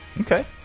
Okay